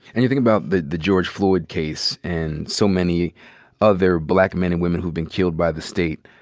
and you think about the the george floyd case and so many other black men and women who've been killed by the state.